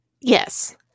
Yes